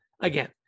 Again